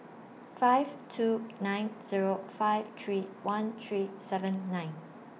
five two nine Zero five three one three seven nine